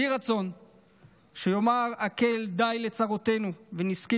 יהי רצון שיאמר האל די לצרותינו ושנזכה